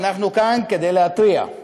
ואנחנו כאן כדי להתריע.